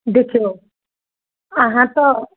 देखियौ अहाँ तऽ